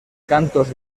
cantos